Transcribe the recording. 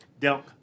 Delk